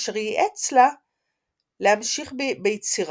אשר ייעץ לה להמשיך ביצירה.